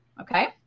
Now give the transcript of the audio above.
Okay